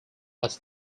was